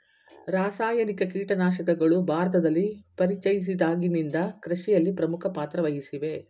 ರಾಸಾಯನಿಕ ಕೀಟನಾಶಕಗಳು ಭಾರತದಲ್ಲಿ ಪರಿಚಯಿಸಿದಾಗಿನಿಂದ ಕೃಷಿಯಲ್ಲಿ ಪ್ರಮುಖ ಪಾತ್ರ ವಹಿಸಿವೆ